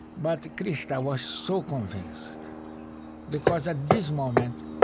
but krista, i was so convinced because, at this moment,